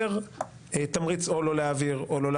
מייצר תמריץ או לא להעביר או,